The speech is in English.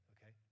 Okay